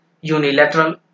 unilateral